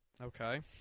Okay